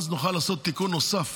אז נוכל לעשות תיקון נוסף